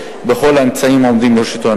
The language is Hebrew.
וכל זה בלי להזכיר את עסקאות הטיעון הנרקמות בנושא.